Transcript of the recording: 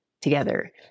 together